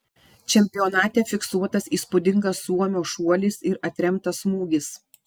čempionate fiksuotas įspūdingas suomio šuolis ir atremtas smūgis